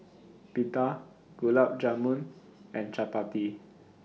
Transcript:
Pita Gulab Jamun and Chapati